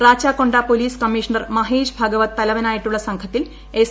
റാച്ചാകൊ police commissioner Mahesh Bhagwat തലവനായിട്ടുള്ള സംഘത്തിൽ S